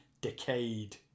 decayed